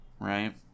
right